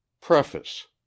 Preface